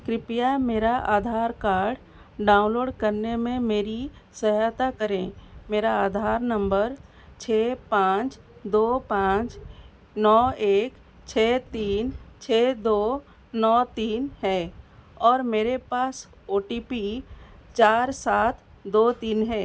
कृपया मेरा Aadhaar card download करने में मेरी सहायता करें मेरा आधार नम्बर छः पाँच दो पाँच नौ एक छः तीन छः दो नौ तीन है और मेरे पास ओ टी पी चार सात दो तीन है